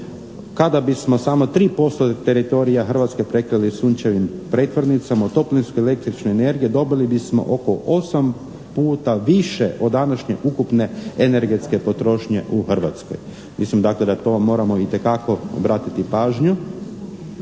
kada bismo samo 3% teritorija Hrvatske prekrili sunčevim pretvornicama u toplinsku sunčevu energiju dobili bismo oko 8 puta više od današnje ukupne energetske potrošnje u Hrvatskoj. Mislim da na to moramo itekako obratiti pažnju.